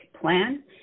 plan